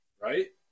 right